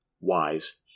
wise